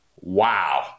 wow